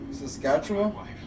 Saskatchewan